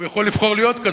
הוא יכול לבחור להיות כזה.